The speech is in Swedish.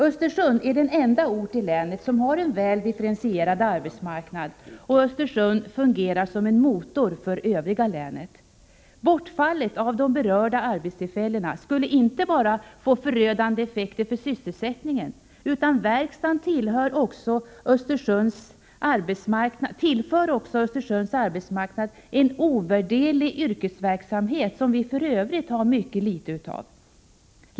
Östersund är den enda ort i länet som har en väl differentierad arbetsmarknad, och Östersund fungerar som en motor för övriga delar av länet. Bortfallet av de berörda arbetstillfällena skulle inte bara få förödande effekter för sysselsättningen, utan verkstaden tillför också Östersunds arbetsmarknad en ovärderlig yrkesverksamhet som vi f. ö. har mycket litet av.